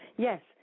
Yes